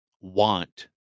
want